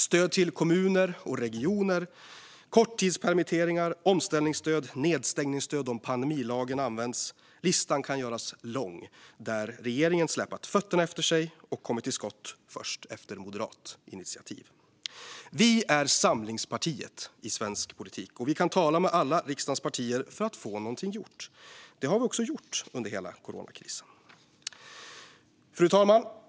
Stöd till kommuner och regioner, korttidspermitteringar, omställningsstöd, nedstängningsstöd om pandemilagen används - listan kan göras lång där regeringen har släpat fötterna efter sig och kommit till skott först efter moderata initiativ. Vi är samlingspartiet i svensk politik, och vi kan tala med alla riksdagens partier för att få någonting gjort. Det har vi också gjort under hela coronakrisen. Fru talman!